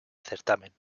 certamen